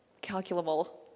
calculable